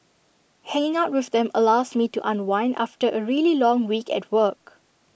hanging out with them allows me to unwind after A really long week at work